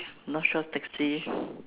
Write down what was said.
north shore taxi